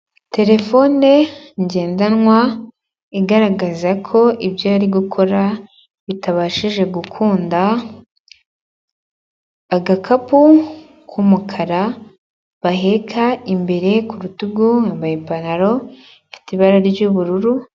Terefone ngendanwa igaragaza ko ibyo ari gukora bitabashije gukunda, agakapu k'umukara baheka imbere ku rutugu, yambaye ipantaro ifite ibara ry'ubururu